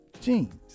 jeans